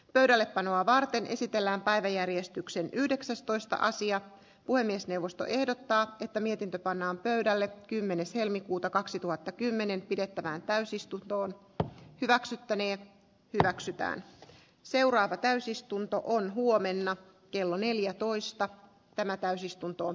pöydällepanoa varten esitellään päiväjärjestyksen yhdeksästoista sija puhemiesneuvosto ehdottaa että mietintö pannaan pöydälle kymmenes helmikuuta kaksituhattakymmenen pidettävään täysistuntoon hyväksyttävien hyväksytään seuraava täysistunto kyllä se kulku ihan alkuvaiheessa tällä tiellä